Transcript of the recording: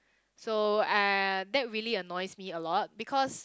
so uh that really annoys me a lot because